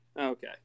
Okay